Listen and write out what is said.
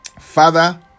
Father